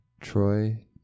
Troy